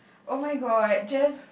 oh-my-god just